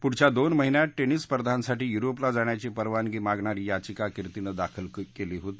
पुढच्या दोन महिन्यांत टेनिस स्पर्धांसाठी युरोपला जाण्याची परवानगी मागणारी याचिका कार्तीनं दाखल केली होती